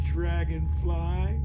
Dragonfly